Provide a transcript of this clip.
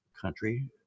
country